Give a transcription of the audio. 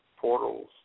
portals